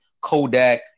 Kodak